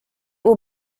will